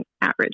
average